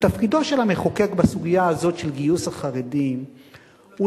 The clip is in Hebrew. ותפקידו של המחוקק בסוגיה הזאת של גיוס החרדים הוא